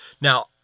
Now